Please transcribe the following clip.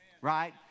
right